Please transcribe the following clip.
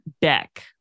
beck